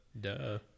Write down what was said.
duh